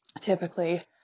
typically